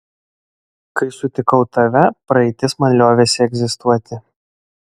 kai sutikau tave praeitis man liovėsi egzistuoti